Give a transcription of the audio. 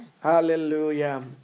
Hallelujah